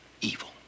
Evil